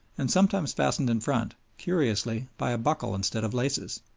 and sometimes fastened in front, curiously, by a buckle instead of laces.